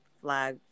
flag